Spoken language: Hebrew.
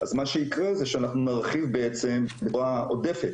אז מה שיקרה זה שאנחנו נרחיב בעצם בצורה עודפת,